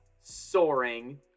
soaring